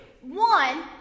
One